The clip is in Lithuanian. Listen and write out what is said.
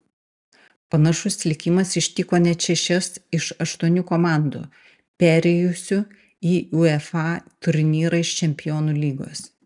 panašus likimas ištiko net šešias iš aštuonių komandų perėjusių į uefa turnyrą iš čempionų lygos